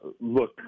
look